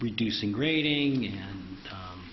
reducing grading and